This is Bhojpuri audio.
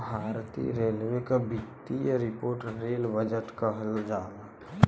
भारतीय रेलवे क वित्तीय रिपोर्ट रेल बजट कहलाला